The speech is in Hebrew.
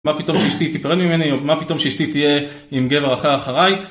מה פתאום שאשתי תיפרד ממני, או מה פתאום שאשתי תהיה עם גבר אחרי אחריי?